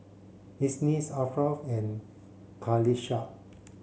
Isnin Ashraff and Qalisha